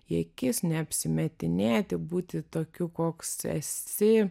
į akis neapsimetinėti būti tokiu koks esi